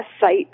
site